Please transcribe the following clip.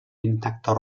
intactes